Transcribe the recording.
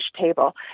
table